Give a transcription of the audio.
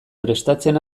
prestatzen